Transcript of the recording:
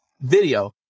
video